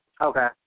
Okay